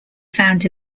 found